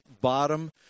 bottom